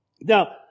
Now